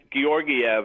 Georgiev